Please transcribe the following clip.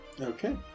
Okay